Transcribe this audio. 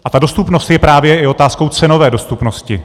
A ta dostupnost je právě i otázkou cenové dostupnosti.